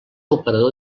operador